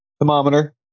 Thermometer